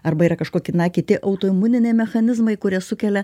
arba yra kažkokie na kiti autoimuniniai mechanizmai kurie sukelia